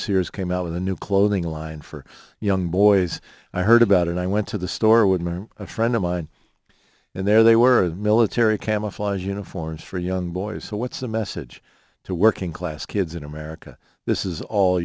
sears came out with a new clothing line for young boys i heard about and i went to the store with a friend of mine and there they were the military camouflage uniforms for young boys so what's the message to working class kids in america this is all